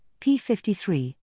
P53